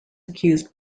accused